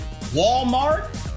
Walmart